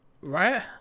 right